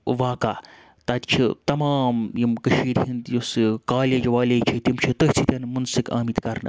واقع تَتہِ چھِ تمام یِم کٔشیٖر ہِنٛدۍ یُس یہِ کالیج والیج چھِ تِم چھِ تٔتھۍ سۭتۍ مُنسٕک آمٕتۍ کَرنہٕ